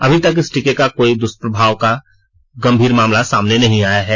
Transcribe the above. अभी तक इस टीके का कोई दुस्प्रभाव का गंभीर मामला सामने नहीं आया है